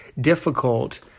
difficult